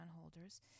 holders